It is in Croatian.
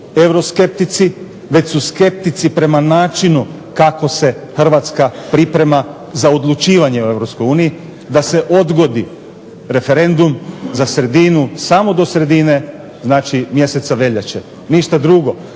euroskeptici, već su skeptici prema načinu kako se Hrvatska priprema za odlučivanje o Europskoj uniji, da se odgodi referendum za sredinu, samo do sredine znači mjeseca veljače. Ništa drugo.